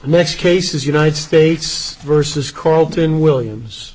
next case is united states versus chorlton williams